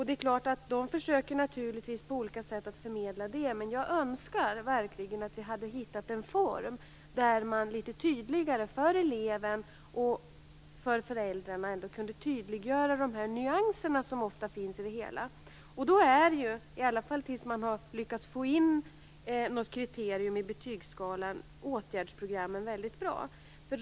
Det är klart att lärarna naturligtvis försöker att på olika sätt förmedla det, men jag önskar verkligen att vi hade hittat en form så att man litet tydligare för eleven och för föräldrarna kunde tydliggöra de nyanser som ofta finns. I alla fall tills man har lyckats få in något kriterium i betygsskalan är ju då åtgärdsprogrammen väldigt bra.